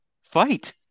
fight